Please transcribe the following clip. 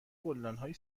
گلدانهای